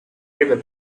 river